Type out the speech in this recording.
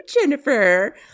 Jennifer